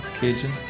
Cajun